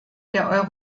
der